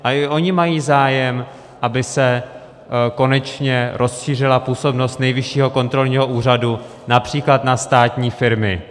I oni mají zájem, aby se konečně rozšířila působnost Nejvyššího kontrolního úřadu, například na státní firmy.